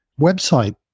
website